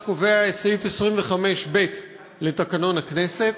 כך קובע סעיף 25(ב) לתקנון הכנסת,